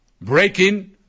breaking